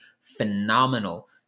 phenomenal